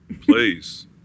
Please